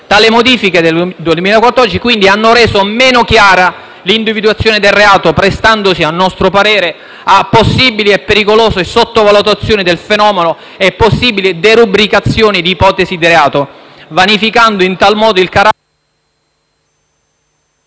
tali modifiche hanno quindi reso meno chiara l'individuazione del reato, prestandosi a nostro parere a possibili e pericolose sottovalutazioni del fenomeno e possibili derubricazioni di ipotesi di reato, vanificando in tal modo il carattere